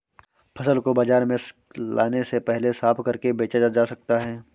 फसल को बाजार में लाने से पहले साफ करके बेचा जा सकता है?